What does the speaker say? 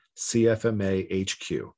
CFMAHQ